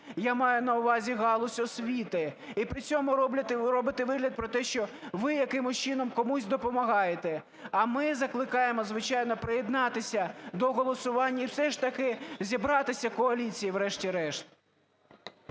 я маю на увазі галузь освіти, і при цьому робите вигляд про те, що ви якимось чином комусь допомагаєте. А ми закликаємо, звичайно, приєднатися до голосування і все ж таки зібратися коаліції врешті-решт.